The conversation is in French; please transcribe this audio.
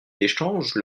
d’échanges